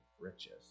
riches